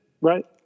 right